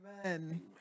amen